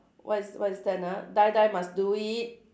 what is what is that ah die die must do it